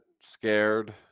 scared